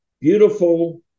beautiful